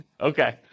Okay